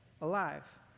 Alive